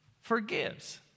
forgives